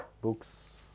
books